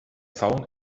zaun